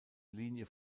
linie